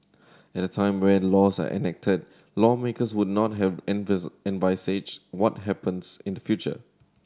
at the time when laws are enacted lawmakers would not have envisaged what happens in the future